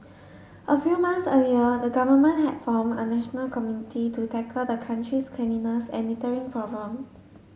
a few months earlier the government had form a national committee to tackle the country's cleanliness and littering problem